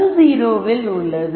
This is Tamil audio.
அது 0 வில் உள்ளது